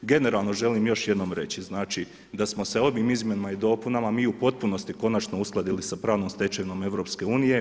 Generalno želim još jednom reći, znači, da smo sa ovim izmjenama i dopunama mi u potpunosti konačno uskladili sa pravnom stečevinom EU.